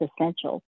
essential